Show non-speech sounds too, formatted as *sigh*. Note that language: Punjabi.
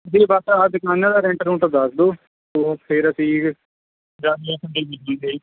ਜੇ ਬਸ ਆਹ ਦੁਕਾਨਾਂ ਦਾ ਰੈਂਟ ਰੁੰਟ ਦੱਸ ਦਿਓ ਤੋ ਫਿਰ ਅਸੀਂ *unintelligible*